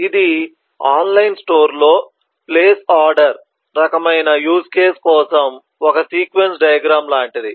ఇది ఆన్లైన్ స్టోర్లో place order రకమైన యూజ్ కేసు కోసం ఒక సీక్వెన్స్ డయాగ్రమ్ లాంటిది